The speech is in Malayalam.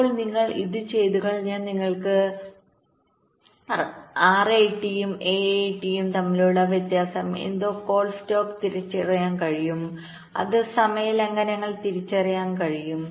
ഇപ്പോൾ നിങ്ങൾ ഇത് ചെയ്തുകഴിഞ്ഞാൽ നിങ്ങൾക്ക് RAT ഉം AAT ഉം തമ്മിലുള്ള വ്യത്യാസം എന്തോ കോൾ സ്ലാക്ക്തിരിച്ചറിയാൻ കഴിയും അത് സമയ ലംഘനങ്ങൾ തിരിച്ചറിയാൻ കഴിയും